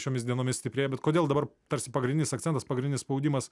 šiomis dienomis stiprėja bet kodėl dabar tarsi pagrindinis akcentas pagrindinis spaudimas